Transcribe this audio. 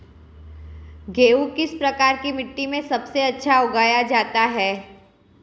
गेहूँ किस प्रकार की मिट्टी में सबसे अच्छा उगाया जाता है?